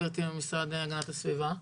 גברתי ממשרד להגנת הסביבה.